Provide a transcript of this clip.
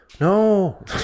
No